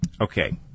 Okay